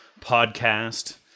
podcast